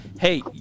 hey